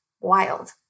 wild